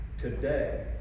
today